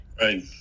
Right